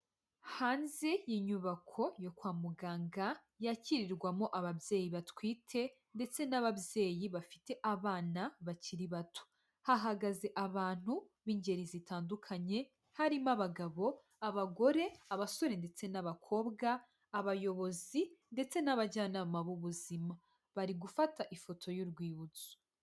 Hanze y'inyubako yo kwa muganga yakirirwamo ababyeyi batwite ndetse n'ababyeyi bafite abana bakiri bato, hahagaze abantu b'ingeri zitandukanye harimo abagabo, abagore, abasore, ndetse n'abakobwa, abayobozi ndetse n'abajyanama b'ubuzima, bari gufata ifoto y'urwibutso.